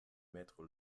mettre